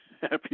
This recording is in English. Happy